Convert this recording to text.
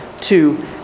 two